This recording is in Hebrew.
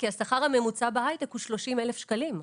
כי השכר הממוצע בהייטק הוא 30,000 שקלים.